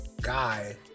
guy